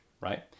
right